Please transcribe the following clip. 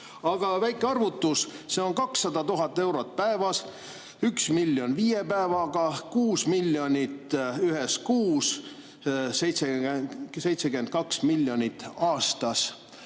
Aga väike arvutus: see on 200 000 eurot päevas, 1 miljon viie päevaga, 6 miljonit ühes kuus, 72 miljonit aastas.